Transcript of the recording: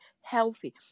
healthy